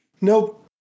Nope